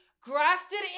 grafted